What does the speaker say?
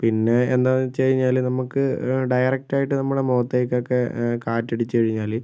പിന്നെ എന്താ എന്ന് വെച്ച് കഴിഞ്ഞാൽ നമുക്ക് ഡയറക്ട് ആയിട്ട് നമ്മൾ മുഖത്തേക്ക് ഒക്കെ കാറ്റ് അടിച്ച് കഴിഞ്ഞാൽ